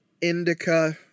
indica